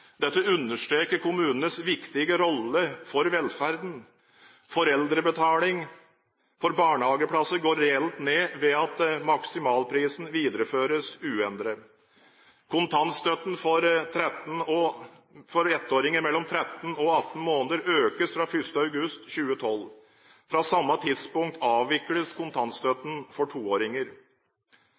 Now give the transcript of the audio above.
Dette understreker kommunenes viktige rolle for velferden. Foreldrebetalingen for barnehageplass går reelt ned ved at maksimalprisen videreføres uendret. Kontantstøtten for ettåringer mellom 13 og 18 måneder økes fra 1. august 2012. Fra samme tidspunkt avvikles kontantstøtten for toåringer.